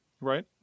right